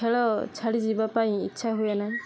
ଖେଳ ଛାଡ଼ି ଯିବା ପାଇଁ ଇଚ୍ଛା ହୁଏ ନାହିଁ